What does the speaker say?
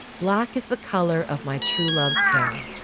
black is the color of my true love's hair